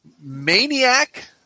maniac